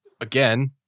Again